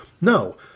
No